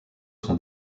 son